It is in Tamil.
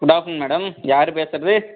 குட் ஆஃப்டர்நூன் மேடம் யார் பேசுகிறது